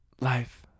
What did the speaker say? life